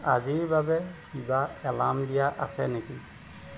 আজিৰ বাবে কিবা এলাৰ্ম দিয়া আছে নেকি